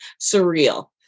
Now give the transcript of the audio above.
surreal